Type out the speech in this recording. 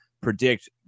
predict